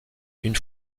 une